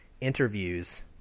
interviews